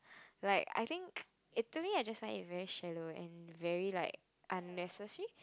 like I think literally I just find it very shallow and very like unnecessary